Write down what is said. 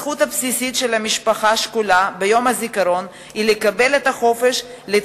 הזכות הבסיסית של משפחה שכולה היא לקבל את החופש ביום הזיכרון,